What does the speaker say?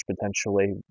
potentially